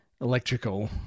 electrical